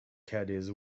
caddies